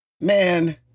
man